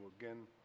again